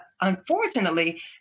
unfortunately